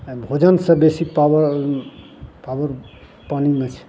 भोजनसँ बेसी पावर पानिमे छै